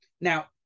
Now